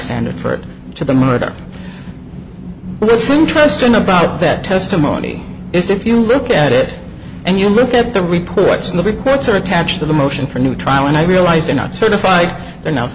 standard for it to the murder what's interesting about that testimony is if you look at it and you look at the reports and the reports are attached to the motion for new trial and i realize they're not certified they're no